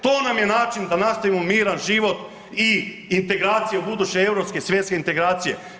To nam je način da nastavimo miran život i integraciju buduće europske svjetske integracije.